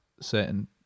certain